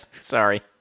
Sorry